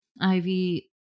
Ivy